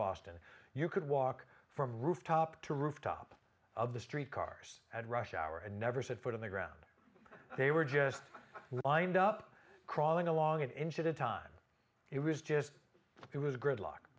boston you could walk from rooftop to rooftop of the street cars at rush hour and never set foot on the ground they were just lined up crawling along and enjoy the time it was just it was gridlock